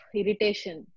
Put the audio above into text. irritation